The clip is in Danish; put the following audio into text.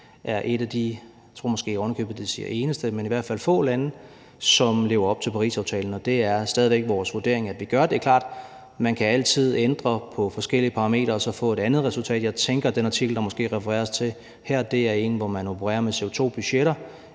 få lande – jeg tror måske ovenikøbet, at man siger: det eneste – som lever op til Parisaftalen. Og det er det stadig væk vores vurdering at vi gør. Det er klart, at man altid kan ændre på forskellige parametre og så få et andet resultat. Jeg tænker, at den artikel, der måske refereres til her, er en, hvor man opererer med CO2-budgetter